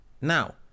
Now